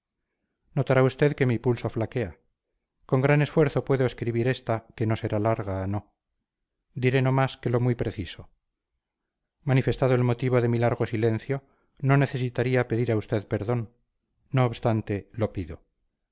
notará usted que mi pulso flaquea con gran esfuerzo puedo escribir esta que no será larga no diré no más que lo muy preciso manifestado el motivo de mi largo silencio no necesitaría pedir a usted perdón no obstante lo pido